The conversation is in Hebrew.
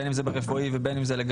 בין אם זה ברפואי ובין אם זה לגליזציה,